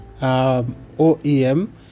oem